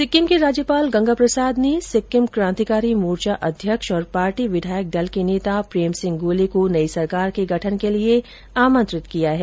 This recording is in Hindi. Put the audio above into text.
सिक्किम के राज्यपाल गंगा प्रसाद ने सिक्किम क्रांतिकारी मोर्चा अध्यक्ष और पार्टी विधायक दल के नेता प्रेम सिंह गोले को नई सरकार के गठन के लिए आमंत्रित किया है